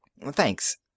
Thanks